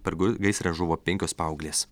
per gai gaisrą žuvo penkios paauglės